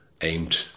aimed